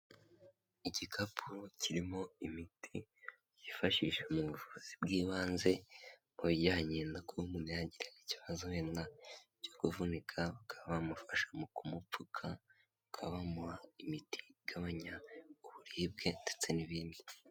Igikapu kirimo imiti yifashishwa mu buvuzi bw'ibanze, kubijyanye no kuba umuntu yagira ikibazo wenda cyo kuvunika, bakaba bamufasha mu kumupfuka, bakaba bamuha imiti igabanya uburibwe, ndetse n'ibindi.